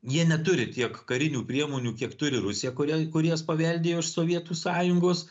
jie neturi tiek karinių priemonių kiek turi rusija kurią kuri jas paveldėjo iš sovietų sąjungos